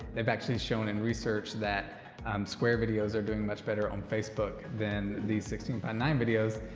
they've actually shown in research that square videos are doing much better on facebook than these sixteen nine videos.